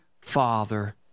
Father